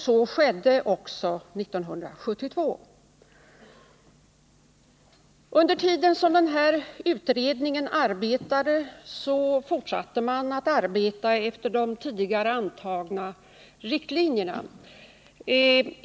Så skedde också 1972. Under den tid som den här utredningen pågick fortsatte man att arbeta efter de tidigare antagna riktlinjerna.